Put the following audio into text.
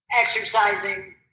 exercising